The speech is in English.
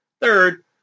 Third